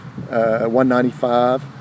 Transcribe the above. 195